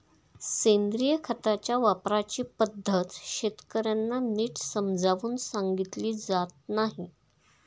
सेंद्रिय खताच्या वापराची पद्धत शेतकर्यांना नीट समजावून सांगितली जात नाही